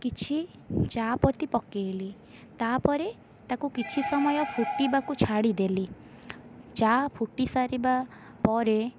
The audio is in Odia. କିଛି ଚା' ପତି ପକାଇଲି ତା'ପରେ ତାକୁ କିଛି ସମୟ ଫୁଟିବାକୁ ଛାଡ଼ିଦେଲି ଚା' ଫୁଟି ସାରିବା ପରେ